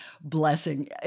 blessing